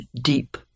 deep